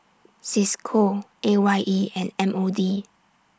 CISCO A Y E and M O D